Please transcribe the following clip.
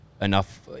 enough